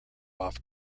off